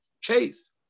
chase